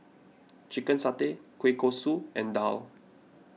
Chicken Satay Kueh Kosui and Daal